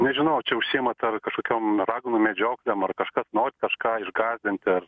nežinau čia užsiimat kažkokiom raganų medžioklėm ar kažkas norit kažką išgąsdinti ar